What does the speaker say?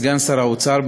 סגן שר האוצר,